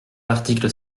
l’article